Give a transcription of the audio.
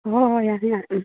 ꯍꯣ ꯍꯣꯏ ꯌꯥꯅꯤ ꯌꯅꯤ ꯎꯝ